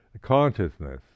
consciousness